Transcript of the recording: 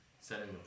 setting